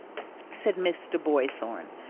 said mr. boythorn,